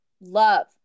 Love